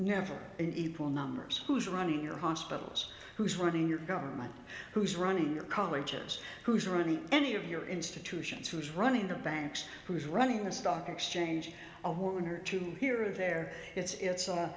never equal numbers who's running your hospitals who's running your government who's running your colleges who's running any of your institutions who's running the banks who's running the stock exchange a woman or two here or there it's